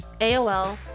AOL